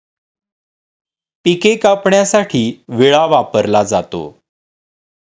पिके कापण्यासाठी विळा वापरला जातो